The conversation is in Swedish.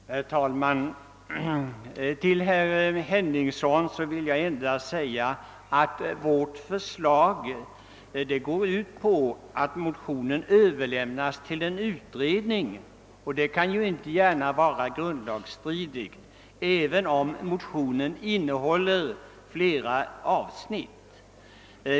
Herr talman! Till herr Henningsson vill jag endast säga att vårt förslag går ut på att motionen överlämnas till en utredning. Det kan inte gärna vara grundlagsstridigt, även om motionen innehåller flera avsnitt.